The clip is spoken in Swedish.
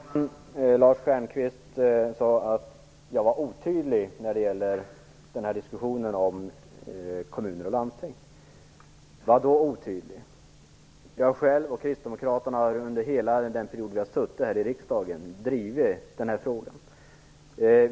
Herr talman! Lars Stjernkvist sade att jag var otydlig i diskussionen om kommuner och landsting. Hur då otydlig? Jag själv och de övriga kristdemokratiska ledamöterna har under hela den period som vi har suttit här i riksdagen drivit denna fråga.